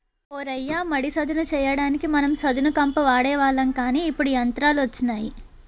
ఓ రయ్య మడి సదును చెయ్యడానికి మనం సదును కంప వాడేవాళ్ళం కానీ ఇప్పుడు యంత్రాలు వచ్చినాయి